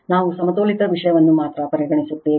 ನಾವು ಸಮತೋಲಿತ ವಿಷಯವನ್ನು ಮಾತ್ರ ಪರಿಗಣಿಸುತ್ತೇವೆ